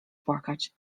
płakać